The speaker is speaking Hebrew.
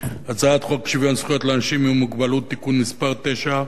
הצעת חוק שוויון זכויות לאנשים עם מוגבלות (תיקון מס' 9),